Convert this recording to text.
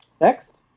Next